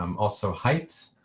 um also height,